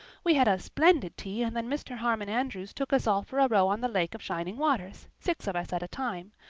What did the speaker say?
we had a splendid tea and then mr. harmon andrews took us all for a row on the lake of shining waters six of us at a time.